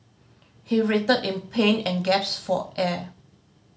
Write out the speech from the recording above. he writhed in pain and gasped for air